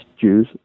Jews